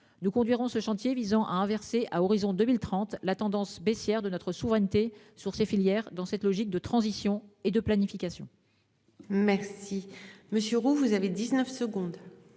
nous conduirons ce chantier visant à inverser à horizon 2030, la tendance baissière de notre souveraineté sur ces filières dans cette logique de transition et de planification. Merci monsieur Roux, vous avez 19 secondes.